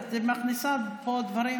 לא, לרכבת,